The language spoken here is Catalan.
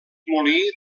molí